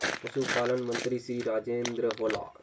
पशुपालन मंत्री श्री राजेन्द्र होला?